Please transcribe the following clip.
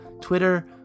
Twitter